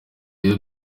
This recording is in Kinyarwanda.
rero